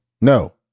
no